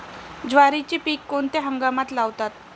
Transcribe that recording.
ज्वारीचे पीक कोणत्या हंगामात लावतात?